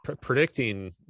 predicting